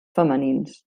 femenins